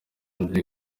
bwe